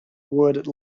would